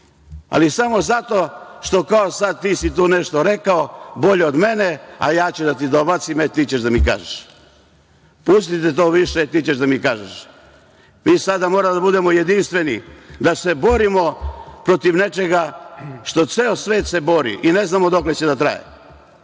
ali samo zato što kao sad ti si tu nešto rekao bolje od mene, a ja ću da ti dobacim – e, ti ćeš da mi kažeš. Pustite to više – ti ćeš da mi kažeš. Mi sada moramo da budemo jedinstveni, da se borimo protiv nečega protiv čega se ceo svet bori i ne znamo dokle će da traje. Ja